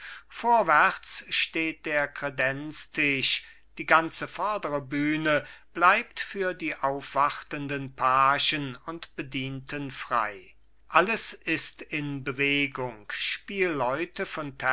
vorwärts steht der kredenztisch die ganze vordere bühne bleibt für die aufwartenden pagen und bedienten frei alles ist in bewegung spielleute von